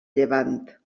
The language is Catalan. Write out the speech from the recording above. llevant